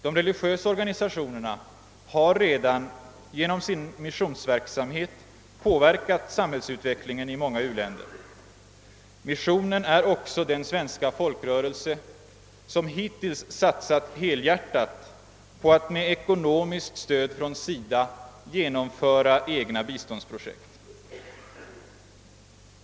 De religiösa organisationerna har redan genom sin missionsverksamhet påverkat samhällsutvecklingen i många u-länder. Missionen är också den svenska folkrörelse som hittills satsat helhjärtat på att med ekonomiskt stöd från SIDA genomföra egna biståndsprojekt.